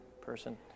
person